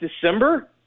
December